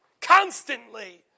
constantly